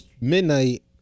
midnight